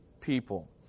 people